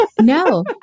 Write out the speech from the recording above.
No